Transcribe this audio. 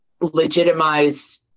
legitimize